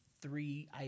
three